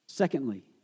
Secondly